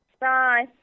Bye